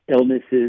illnesses